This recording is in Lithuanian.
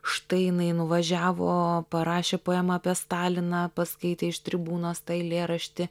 štai jinai nuvažiavo parašė poemą apie staliną paskaitė iš tribūnos tą eilėraštį